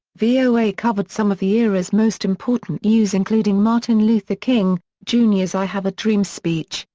voa covered some of the era's most important news including martin luther king, jr s i have a dream speech,